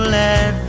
let